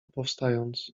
powstając